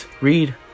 Read